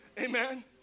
Amen